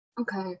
okay